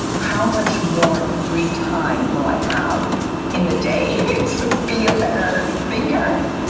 how much more free time will i have in the day to be a better thinker?